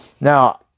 Now